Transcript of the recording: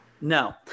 No